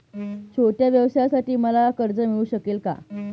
छोट्या व्यवसायासाठी मला कर्ज मिळू शकेल का?